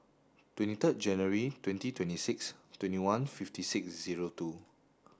twenty third January twenty twenty six twenty one fifty six zero two